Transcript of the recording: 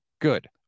Good